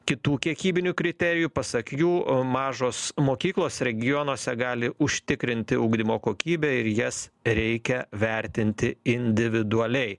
kitų kiekybinių kriterijų pasak jų mažos mokyklos regionuose gali užtikrinti ugdymo kokybę ir jas reikia vertinti individualiai